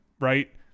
right